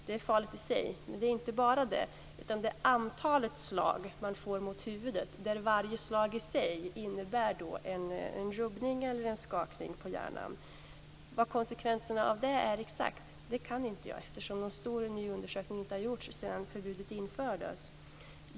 Det är farligt i sig, men inte bara det, utan det är antalet slag som man får mot huvudet, där varje slag i sig innebär en rubbning eller en skakning på hjärnan. Vilka konsekvenserna av det är exakt vet jag inte, eftersom någon stor ny undersökning inte har gjorts sedan förbudet infördes.